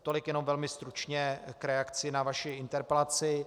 Tolik jenom velmi stručně k reakci na vaši interpelaci.